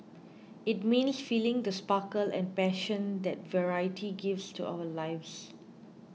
it means feeling the sparkle and passion that variety gives to our lives